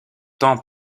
tant